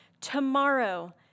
Tomorrow